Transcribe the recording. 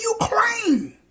Ukraine